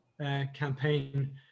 campaign